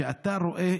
שאתה רואה